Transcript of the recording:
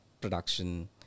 production